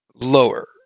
lower